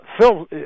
Phil